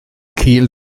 gul